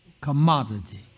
commodity